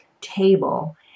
table